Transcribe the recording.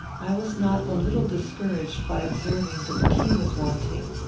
i was not a little discouraged by observing that the key was wanting.